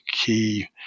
key